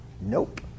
Nope